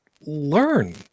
learn